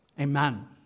amen